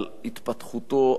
על התפתחותו,